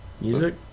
music